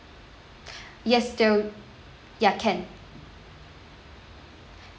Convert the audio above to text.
yes there will yes can